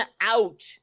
out